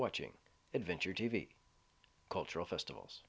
watching adventure t v cultural festivals